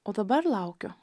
o dabar laukiu